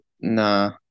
nah